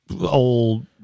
old